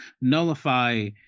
nullify